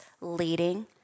leading